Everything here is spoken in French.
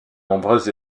nombreuses